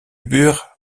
burg